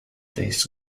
this